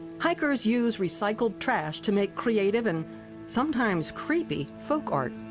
hikers use recycled trash to make creative and sometimes creepy folk art.